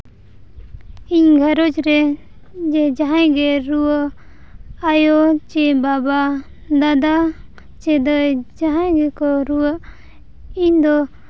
ᱤᱧ ᱜᱷᱟᱨᱚᱸᱡᱽ ᱨᱮ ᱡᱟᱦᱟᱸᱭ ᱜᱮ ᱨᱩᱣᱟᱹ ᱟᱭᱳ ᱪᱮ ᱵᱟᱵᱟ ᱫᱟᱫᱟ ᱪᱮ ᱫᱟᱹᱭ ᱡᱟᱦᱟᱸᱭ ᱜᱮᱠᱚ ᱨᱩᱣᱟᱹᱜ ᱤᱧ ᱫᱚ